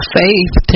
faith